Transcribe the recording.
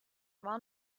war